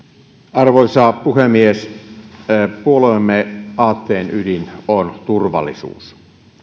arvoisa puhemies puolueemme aatteen ydin on turvallisuus